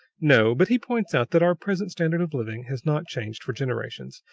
no but he points out that our present standard of living has not changed for generations,